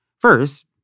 First